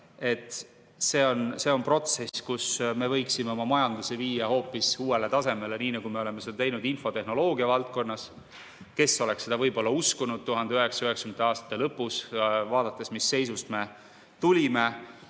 see on protsess, kus me võiksime oma majanduse viia hoopis uuele tasemele, nii nagu me oleme seda teinud infotehnoloogia valdkonnas. Kes oleks seda uskunud 1990. aastate lõpus, vaadates, mis seisust me tulime